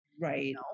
Right